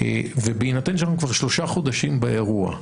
ובהינתן שאנחנו כבר שלושה חודשים באירוע,